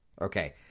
Okay